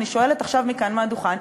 אני שואלת עכשיו מכאן מהדוכן,